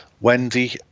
Wendy